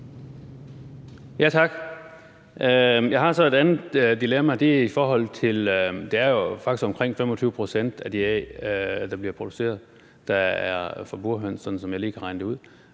Tak. Jeg har så et andet dilemma. Det er jo faktisk omkring 25 pct. af de æg, der bliver produceret, der er fra burhøns, sådan som jeg lige kan regne det ud,